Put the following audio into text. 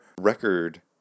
record